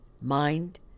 mind